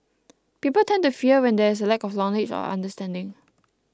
people tend to fear when there is a lack of knowledge or understanding